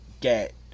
get